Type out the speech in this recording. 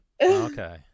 Okay